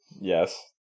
Yes